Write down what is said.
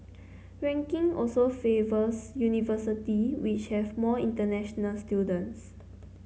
ranking also favours university which have more international students